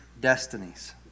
destinies